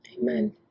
amen